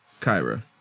Kyra